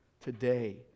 today